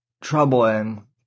troubling